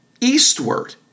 eastward